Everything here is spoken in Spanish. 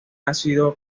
ácido